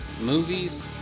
movies